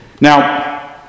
now